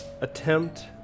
attempt